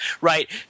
right